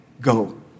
go